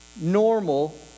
normal